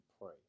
pray